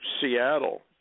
Seattle